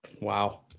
Wow